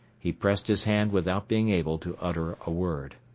he pressed his hand without being able to utter a word.